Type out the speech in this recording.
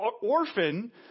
orphan